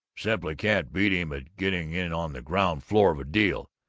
simply can't beat him at getting in on the ground floor of a deal,